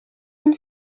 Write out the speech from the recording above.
and